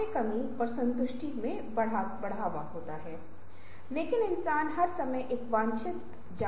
और फिर उन्हें एक विशेष रूप से डिज़ाइन किए गए बॉक्स में रखें